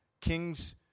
Kings